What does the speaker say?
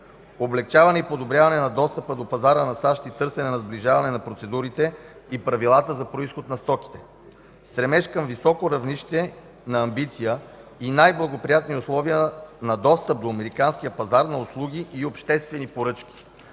облекчаване и подобряване на достъпа до пазара на САЩ и търсене на сближаване на процедурите и правилата за произход на стоките; - стремеж към високо равнище на амбиция и най-благоприятни условия на достъп до американския пазар на услуги и обществени поръчки,